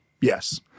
Yes